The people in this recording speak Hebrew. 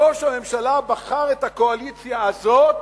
ראש הממשלה בחר את הקואליציה הזאת